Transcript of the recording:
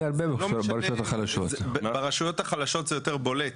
ברשויות החלשות זה יותר בולט,